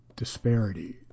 disparity